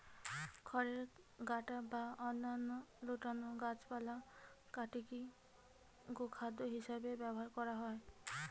খড়ের গাদা বা অন্যান্য লতানা গাছপালা কাটিকি গোখাদ্য হিসেবে ব্যবহার করা হয়